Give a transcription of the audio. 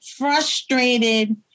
Frustrated